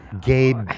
Gabe